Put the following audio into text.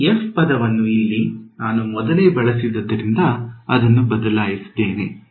ಈ f ಪದವನ್ನು ಇಲ್ಲಿ ನಾನು ಮೊದಲೇ ಬಳಸಿದದರಿಂದ ಅದನ್ನು ಬದಲಾಯಿಸಲಿದ್ದೇನೆ